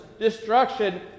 destruction